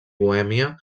bohèmia